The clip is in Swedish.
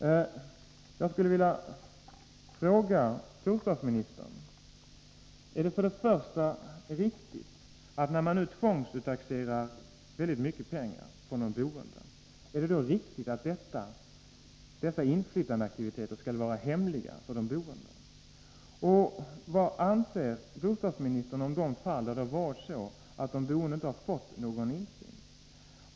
Jag skulle vilja fråga bostadsministern: Är det riktigt att — när man nu tvångsuttaxerar väldigt mycket pengar av de boende — dessa inflytandeaktiviteter skall vara hemliga för de boende? Vad anser bostadsministern om de fall då de boende inte har fått någon insyn?